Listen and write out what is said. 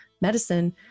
Medicine